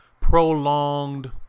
prolonged